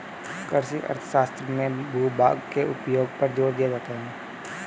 कृषि अर्थशास्त्र में भूभाग के उपयोग पर जोर दिया जाता है